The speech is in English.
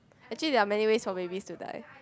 actually there are many ways of baby to die